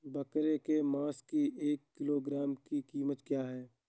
बकरे के मांस की एक किलोग्राम की कीमत क्या है?